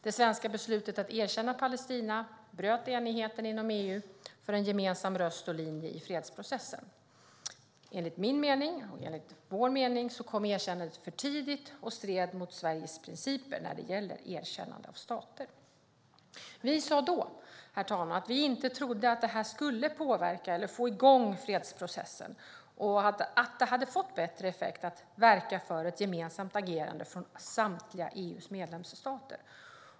Det svenska beslutet att erkänna Palestina bröt enigheten inom EU för en gemensam röst och linje i fredsprocessen. Enligt min och vår mening kom erkännandet för tidigt och stred mot Sveriges principer när det gäller erkännande av stater. Vi sa då, herr talman, att vi inte trodde att detta skulle påverka eller få igång fredsprocessen och att det hade fått bättre effekt att verka för ett gemensamt agerande från samtliga EU:s medlemsstater.